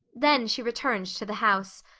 then she returned to the house,